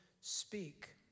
speak